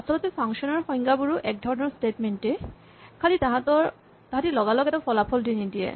আচলতে ফাংচন ৰ সংজ্ঞাবোৰো একধৰণৰ স্টেটমেন্ট এই খালী তাহাঁতি লগালগ এটা ফলাফল দি নিদিয়ে